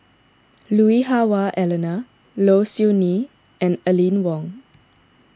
Lui Hah Wah Elena Low Siew Nghee and Aline Wong